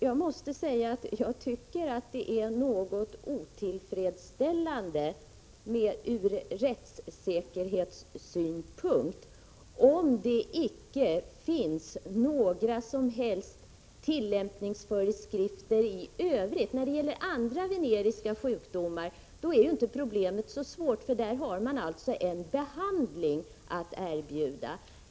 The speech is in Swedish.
Jag tycker att det är något otillfredsställande ur rättssäkerhetssynpunkt, om det icke finns några som helst tillämpningsföreskrifter i övrigt. När det gäller andra veneriska sjukdomar är inte problemet så svårt, för då har man en behandling att erbjuda.